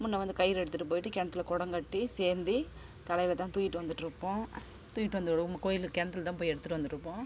முன்னே வந்து கயிறு எடுத்துகிட்டு போய்விட்டு கிணத்துல குடங்கட்டி சேர்ந்தி தலையில்தான் தூக்கிட்டு வந்துகிட்ருப்போம் தூக்கிகிட்டு வந்துவிடுவோம் கோயில் கிணத்துலதான் போய் எடுத்துகிட்டு வந்திருப்போம்